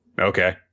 Okay